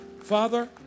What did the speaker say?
Father